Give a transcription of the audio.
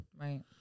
Right